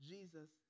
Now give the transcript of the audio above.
Jesus